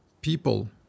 people